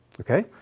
Okay